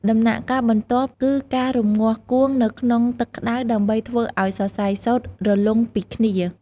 ដំណាក់កាលបន្ទាប់គឺការរំងាស់គួងនៅក្នុងទឹកក្ដៅដើម្បីធ្វើឲ្យសរសៃសូត្ររលុងពីគ្នា។